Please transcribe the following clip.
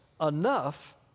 enough